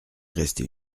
restée